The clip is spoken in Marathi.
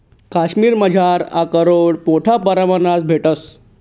काश्मिरमझार आकरोड मोठा परमाणमा भेटंस